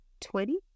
twenty